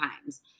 times